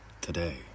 today